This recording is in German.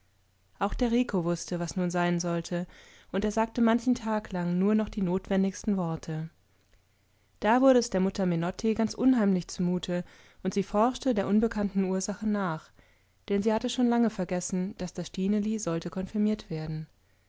auch der rico wußte was nun sein sollte und er sagte manchen tag lang nur noch die notwendigsten worte da wurde es der mutter menotti ganz unheimlich zumute und sie forschte der unbekannten ursache nach denn sie hatte schon lange vergessen daß das stineli sollte konfirmiert werden